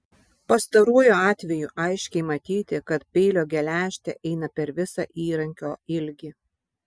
pastaruoju atveju aiškiai matyti kad peilio geležtė eina per visą įrankio ilgį